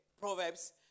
Proverbs